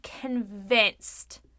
convinced